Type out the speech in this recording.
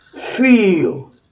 Feel